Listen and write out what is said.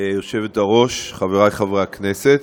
גברתי היושבת-ראש, חברי חברי הכנסת,